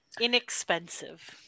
Inexpensive